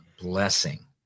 blessing